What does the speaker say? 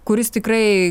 kuris tikrai